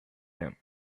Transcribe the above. them